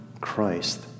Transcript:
Christ